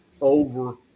over